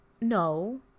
no